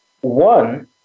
one